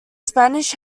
spanish